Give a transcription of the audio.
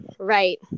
Right